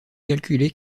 calculé